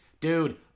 Dude